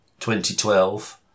2012